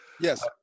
Yes